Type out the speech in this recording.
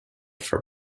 for